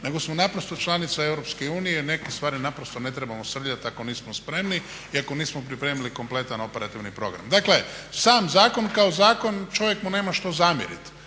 nego smo članica EU i u neke stvari ne trebamo srljati ako nismo spremni i ako nismo pripremili kompletan operativni program. Dakle sam zakon kao zakon čovjek mu nema što zamjeriti